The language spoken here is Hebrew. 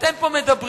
אתם פה מדברים,